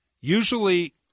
Usually